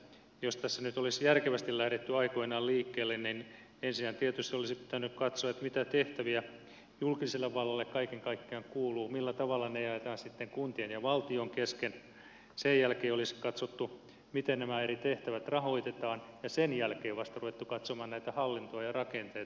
jos tässä nyt olisi järkevästi lähdetty aikoinaan liikkeelle niin ensinnä tietysti olisi pitänyt katsoa mitä tehtäviä julkiselle vallalle kaiken kaikkiaan kuuluu millä tavalla ne jaetaan sitten kuntien ja valtion kesken sen jälkeen olisi katsottu miten nämä eri tehtävät rahoitetaan ja sen jälkeen vasta ruvettu katsomaan hallintoa ja rakenteita